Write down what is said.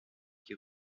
qui